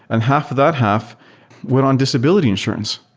and half of that half went on disability insurance.